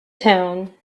town